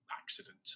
accident